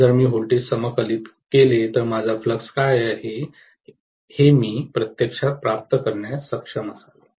जर मी व्होल्टेज समाकलित केले तर माझा फ्लक्स काय आहे हे मी प्रत्यक्षात प्राप्त करण्यास सक्षम असावे